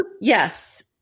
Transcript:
Yes